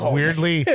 weirdly